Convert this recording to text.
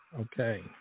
Okay